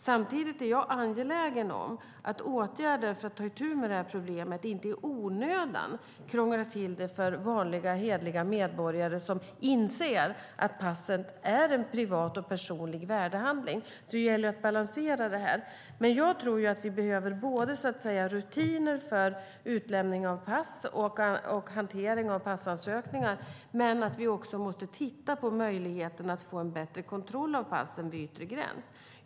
Samtidigt är jag angelägen om att åtgärder för att komma till rätta med det här problemet inte i onödan krånglar till det för vanliga, hederliga medborgare som inser att passen är en privat och personlig värdehandling. Det gäller att balansera detta. Jag tror att vi behöver rutiner för utlämning av pass och hantering av passansökningar, men vi behöver också titta på möjligheten att få en bättre kontroll av passen vid yttre gräns.